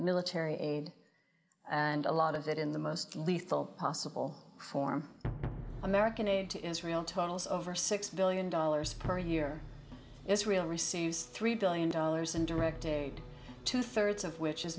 military aid and a lot of it in the most lethal possible form american aid to israel totals over six billion dollars per year israel receives three billion dollars in direct aid two thirds of which is